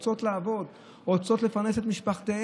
הן רוצות לעבוד, רוצות לפרנס את משפחותיהן.